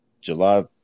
July